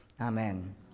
amen